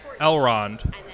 Elrond